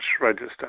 register